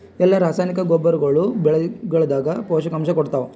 ಎಲ್ಲಾ ರಾಸಾಯನಿಕ ಗೊಬ್ಬರಗೊಳ್ಳು ಬೆಳೆಗಳದಾಗ ಪೋಷಕಾಂಶ ಕೊಡತಾವ?